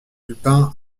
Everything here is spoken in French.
lupin